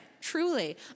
truly